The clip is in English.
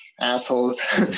assholes